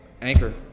Anchor